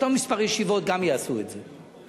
אותו מספר ישיבות גם יעשה את זה.